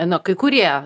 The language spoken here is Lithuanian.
na kai kurie